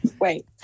Wait